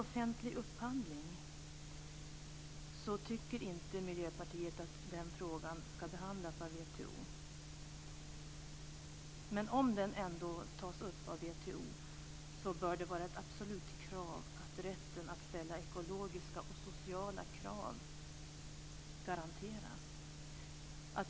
Miljöpartiet tycker inte att frågan om offentlig upphandling ska behandlas av WTO. Men om den ändå tas upp där bör det vara ett absolut krav att rätten att ställa ekologiska och sociala krav garanteras.